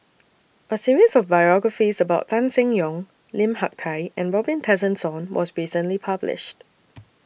A series of biographies about Tan Seng Yong Lim Hak Tai and Robin Tessensohn was recently published